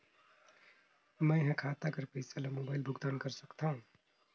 मैं ह खाता कर पईसा ला मोबाइल भुगतान कर सकथव?